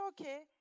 okay